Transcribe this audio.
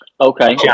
okay